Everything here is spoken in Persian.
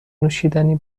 نوشیدنی